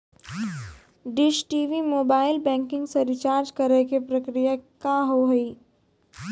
Dish TV mobile banking से recharge करे के प्रक्रिया का हाव हई?